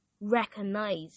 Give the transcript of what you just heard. recognize